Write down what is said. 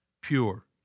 pure